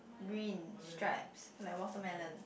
green stripes like watermelon